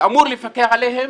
שאמור לפקח עליהם,